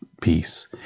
peace